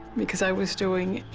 because i was doing, ah.